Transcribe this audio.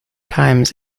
times